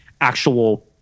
actual